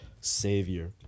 savior